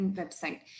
website